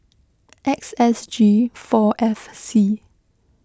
X S G four F C